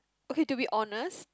okay to be honest